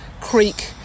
creek